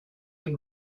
and